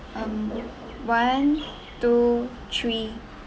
um one two three